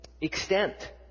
extent